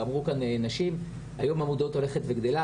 ואמרו כאן שהיום המודעות הולכת וגדלה,